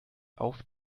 auf